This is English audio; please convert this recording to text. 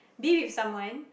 be with someone